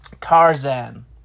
Tarzan